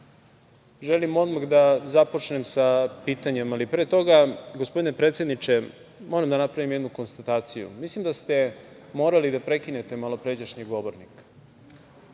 SPS.Želim odmah da započnem sa pitanjem, ali pre toga gospodine predsedniče, moram da napravim jednu konstataciju. Mislim da ste morali da prekinete malopređašnjeg govornika,